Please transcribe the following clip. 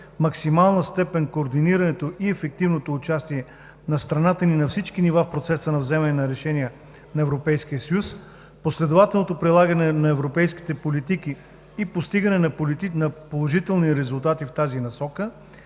максимална степен координирането и ефективното участие на страната ни на всички нива в процеса на вземане на решения на Европейския съюз, последователното прилагане на европейските политики и постигането на положителни резултати в тази насока,